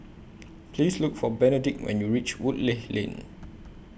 Please Look For Benedict when YOU REACH Woodleigh Lane